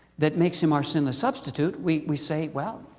that makes him our sinless substitute. we we say, well,